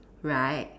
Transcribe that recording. right